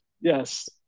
Yes